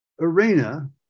arena